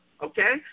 okay